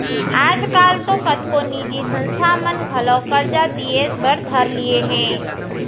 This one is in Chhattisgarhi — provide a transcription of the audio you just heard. आज काल तो कतको निजी संस्था मन घलौ करजा दिये बर धर लिये हें